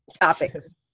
topics